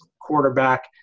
quarterback